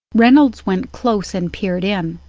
reynolds went close and peered in,